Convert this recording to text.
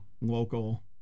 local